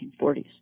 1940s